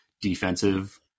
defensive